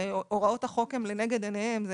שהוראות החוק הן לנגד עיניהם.